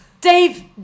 Dave